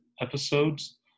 episodes